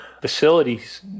facilities